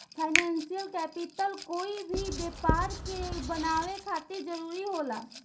financial capital कोई भी व्यापार के बनावे खातिर जरूरी होला